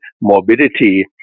morbidity